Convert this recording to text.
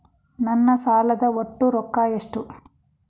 ನನ್ನ ಸಾಲದ ಒಟ್ಟ ರೊಕ್ಕ ಎಷ್ಟು?